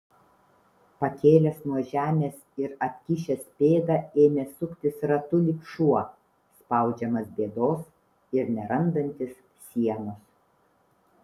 pakėlęs nuo žemės ir atkišęs pėdą ėmė suktis ratu lyg šuo spaudžiamas bėdos ir nerandantis sienos